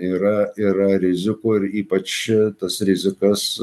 yra yra rizikų ir ypač čia tas rizikas